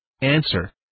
Answer